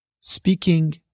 Speaking